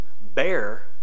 bear